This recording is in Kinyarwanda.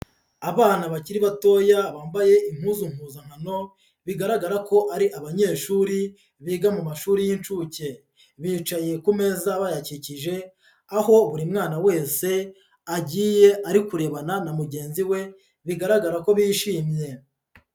Abana bakiri batoya bambaye impuzu mpuzamano, bigaragara ko ari abanyeshuri biga mu mashuri y'inshuke, bicaye ku meza bayakikije, aho buri mwana wese agiye ari kurebana na mugenzi we, bigaragara ko bishimye.